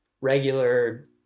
regular